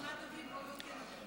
רשימת הדוברים לא מעודכנת.